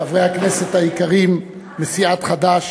חברי הכנסת היקרים מסיעת חד"ש,